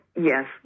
Yes